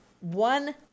one